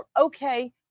okay